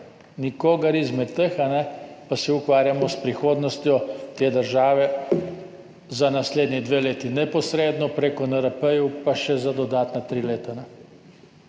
nikogar izmed teh, pa se ukvarjamo s prihodnostjo te države za naslednji dve leti, neposredno preko NRP-jev pa še za dodatna tri leta.